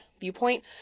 viewpoint